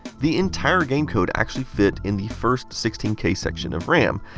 the entire game code actually fit in the first sixteen k section of ram.